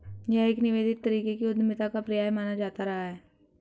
यह एक निवेदित तरीके की उद्यमिता का पर्याय माना जाता रहा है